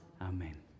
Amen